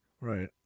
Right